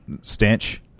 stench